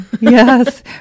yes